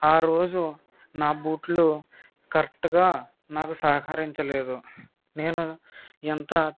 ఆ రోజు నా బూట్లు కరెక్ట్గా నాకు సహకరించలేదు నేను ఎంత